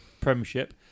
Premiership